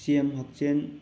ꯁꯤ ꯑꯦꯝ ꯍꯛꯁꯦꯜ